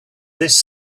this